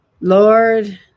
Lord